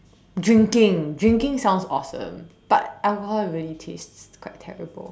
drinking drinking sounds awesome but alcohol really taste quite terrible